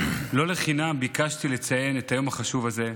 לא לחינם ביקשתי לציין את היום החשוב הזה,